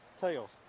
tails